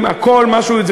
יהיו לו מים,